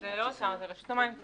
זה לא האוצר, רשות המים.